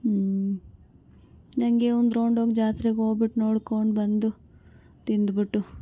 ಹ್ಞೂ ಹಂಗೆ ಒಂದು ರೌಂಡ್ ಹೋಗಿ ಜಾತ್ರೆಗೋಗ್ಬಿಟ್ಟು ನೋಡ್ಕೊಂಡ್ಬಂದು ತಿಂದ್ಬಿಟ್ಟು